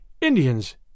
Indians